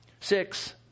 Six